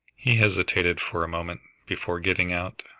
he hesitated for a moment before getting out,